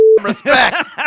Respect